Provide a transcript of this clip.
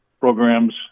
programs